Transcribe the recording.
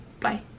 bye